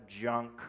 junk